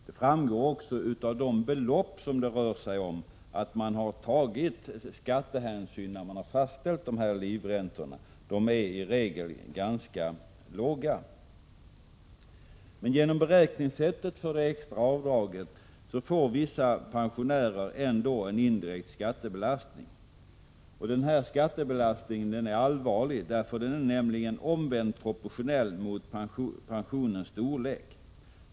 Det framgår av de belopp som det rör sig om att man har tagit skattehänsyn när man har fastställt livräntorna, beloppen är nämligen i regel ganska låga. Genom beräkningssättet av det extra avdraget får vissa pensionärer ändå en indirekt skattebelastning. Denna skattebelastning är allvarlig, eftersom den är omvänd proportionell mot pensionens storlek.